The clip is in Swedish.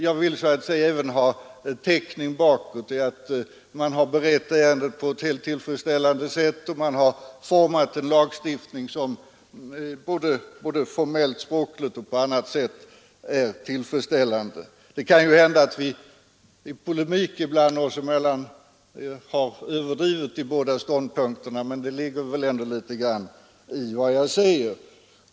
Jag vill så att säga även ha täckning bakåt: att man har berett ärendet på ett helt tillfredsställande sätt, att man har format en lagstiftning som både formellt, språkligt och på annat sätt är tillfredsställande. Det kan hända att vi i polemik ibland oss emellan har överdrivit de båda ståndpunkterna, men det ligger ändå en del i vad jag säger.